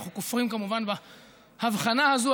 אנחנו כופרים כמובן בהבחנה הזאת,